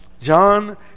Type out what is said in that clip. John